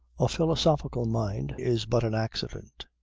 a philosophical mind is but an accident.